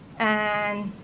and